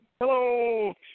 Hello